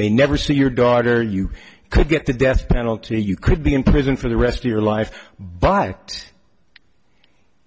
may never see your daughter you could get the death penalty you could be in prison for the rest of your life but